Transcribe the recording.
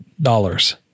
dollars